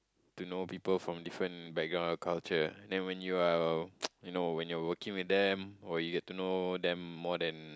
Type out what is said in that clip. to know people from different background or culture and then when you are you know when you're working with them or you get to know them more than